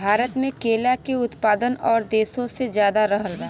भारत मे केला के उत्पादन और देशो से ज्यादा रहल बा